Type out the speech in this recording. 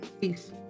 Peace